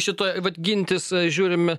šitoj vat gintis žiūrime